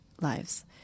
lives